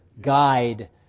guide